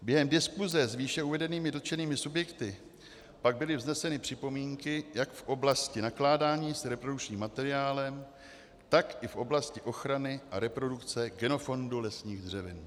Během diskuse s výše uvedenými dotčenými subjekty pak byly vzneseny připomínky jak v oblasti nakládání s reprodukčním materiálem, tak i v oblasti ochrany a reprodukce genofondu lesních dřevin.